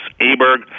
Aberg